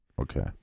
Okay